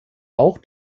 auch